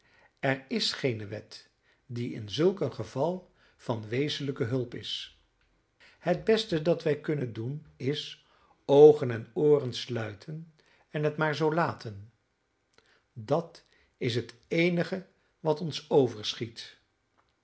er is geene wet die in zulk een geval van wezenlijke hulp is het beste dat wij kunnen doen is oogen en ooren sluiten en het maar zoo laten dat is het eenige wat ons overschiet